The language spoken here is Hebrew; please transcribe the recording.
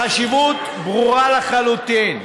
החשיבות ברורה לחלוטין: